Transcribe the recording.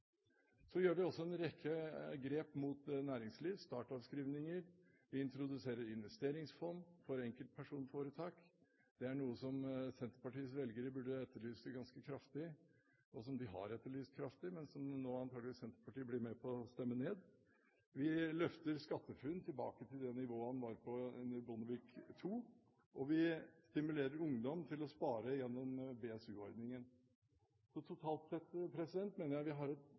Så gjør vi også en rekke grep mot næringslivet, som startavskrivninger, og vi introduserer investeringsfond for enkeltpersonforetak. Det er noe som Senterpartiets velgere burde etterlyse ganske kraftig, og som de har etterlyst kraftig, men som Senterpartiet nå antakeligvis blir med på å stemme ned. Vi løfter SkatteFUNN tilbake til det nivået det var på under Bondevik II, og vi stimulerer ungdom til å spare gjennom BSU-ordningen. Totalt sett mener jeg at vi har et